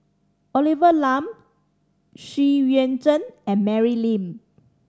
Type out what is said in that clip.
Olivia Lum Xu Yuan Zhen and Mary Lim